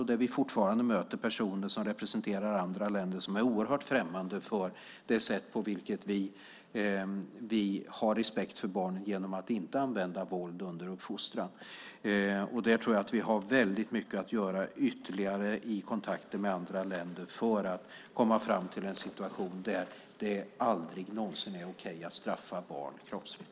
Vi möter fortfarande personer som representerar andra länder som är oerhört främmande för det sätt på vilket vi har respekt för barnen genom att inte använda våld under uppfostran. Jag tror att vi har mycket att göra ytterligare i kontakten med andra länder för att komma fram till en situation där det aldrig någonsin är okej att straffa barn kroppsligt.